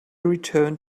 returned